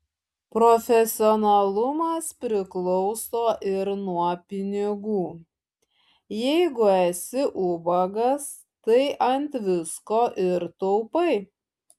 profesionalumas priklauso ir nuo pinigų jeigu esi ubagas tai ant visko ir taupai